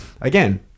again